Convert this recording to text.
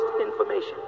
information